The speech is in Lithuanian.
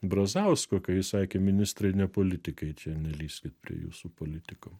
brazausko kai jis sakė ministrai ne politikai čia nelyskit prie jūsų politikų